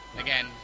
Again